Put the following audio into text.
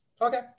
Okay